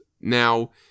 Now